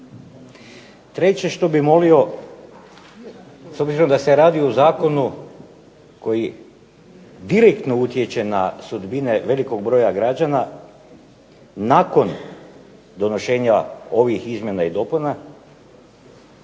Treće što bih molio, s obzirom da se radi o zakonu koji direktno utječe na sudbine velikog broja građana, nakon donošenja ovih izmjena i dopuna